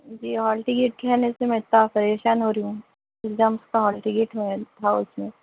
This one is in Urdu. جی ہال ٹکٹ رہنے سے میں اتنا پریشان ہو رہی ہوں ایگزامس کا ہال ٹکٹ ہے تھا اس میں